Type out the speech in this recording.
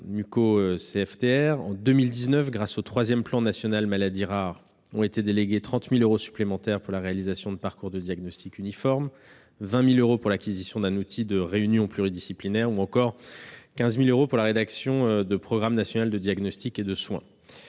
En 2019, grâce au troisième plan national maladies rares, ont été délégués 30 000 euros supplémentaires pour la réalisation de parcours de diagnostic uniforme, 20 000 euros pour l'acquisition d'un outil de réunions pluridisciplinaires ou encore 15 000 euros pour la rédaction de protocoles nationaux de diagnostic et de soins.